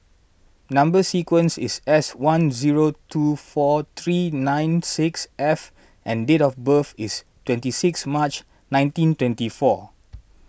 Number Sequence is S one zero two four three nine six F and date of birth is twenty six March nineteen twenty four